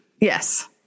Yes